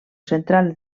central